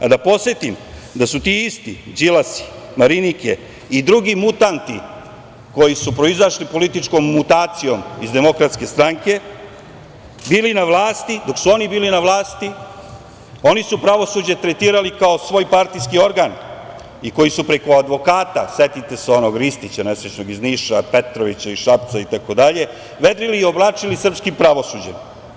Da podsetim da su ti isti Đilasi, Marinike i drugi mutanti koji su proizašli političkom mutacijom iz Demokratske stranke, dok su oni bili na vlasti, oni su pravosuđe tretirali kao svoj partijski organ i koji su preko advokata, setite se onog nesrećnog Ristića iz Niša, Petrovića iz Šapca itd, vedrili i oblačili srpskim pravosuđem.